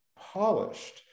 polished